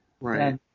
Right